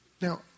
Now